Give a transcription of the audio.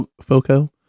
Foco